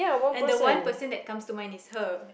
and the one person that comes to mind is her